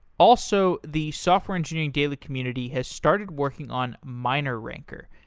also, the software engineering daily community has started working on mineranker.